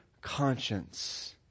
conscience